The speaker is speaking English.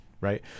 right